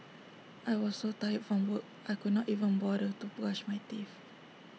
I was so tired from work I could not even bother to brush my teeth